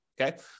Okay